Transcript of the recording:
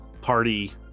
party